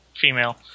female